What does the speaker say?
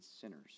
sinners